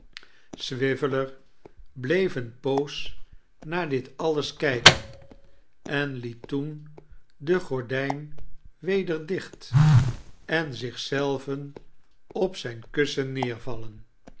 swiveller bleef eene poos naar dit alles kijken en liet toen de gordijn weder dicht en zich zelven op zijn kussen neervallen